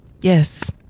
Yes